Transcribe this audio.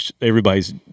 everybody's